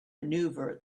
maneuver